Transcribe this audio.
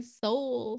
soul